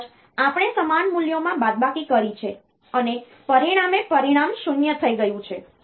કદાચ આપણે સમાન મૂલ્યોમાં બાદબાકી કરી છે અને પરિણામે પરિણામ 0 થઈ ગયું છે